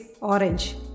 orange